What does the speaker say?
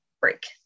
break